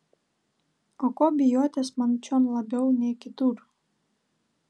o ko bijotis man čion labiau nei kitur